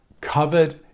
covered